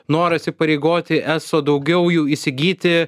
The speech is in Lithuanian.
noras įpareigoti eso daugiau jų įsigyti